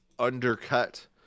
undercut